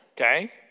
okay